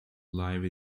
live